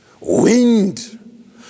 wind